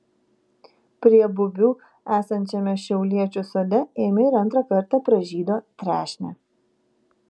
prie bubių esančiame šiauliečių sode ėmė ir antrą kartą pražydo trešnė